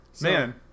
Man